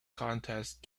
contest